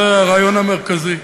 זה הרעיון המרכזי.